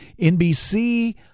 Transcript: NBC